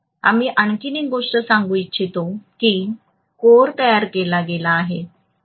आम्ही आणखी एक गोष्ट सांगू इच्छितो की कोर तयार केला गेला आहे